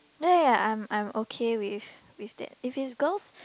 ya ya ya I'm I'm okay with with that if it's girls